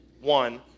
one